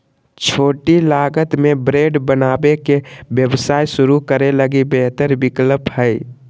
छोटी लागत में ब्रेड बनावे के व्यवसाय शुरू करे लगी बेहतर विकल्प हइ